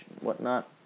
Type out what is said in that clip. whatnot